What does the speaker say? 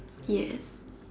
yes